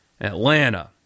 Atlanta